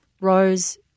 Rose